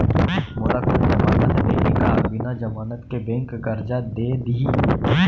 मोला कोन जमानत देहि का बिना जमानत के बैंक करजा दे दिही?